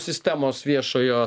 sistemos viešojo